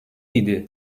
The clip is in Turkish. idi